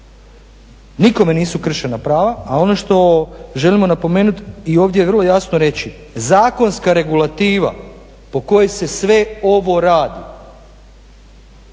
Nikome nisu kršena prava, a ono što želimo napomenuti i ovdje vrlo jasno reći zakonska regulativa po kojoj se sve ovo radi